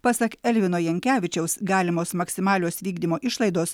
pasak elvino jankevičiaus galimos maksimalios vykdymo išlaidos